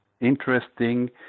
interesting